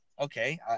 Okay